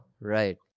right